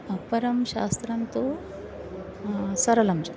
अपरं शास्त्रं तु सरलं च